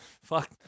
Fuck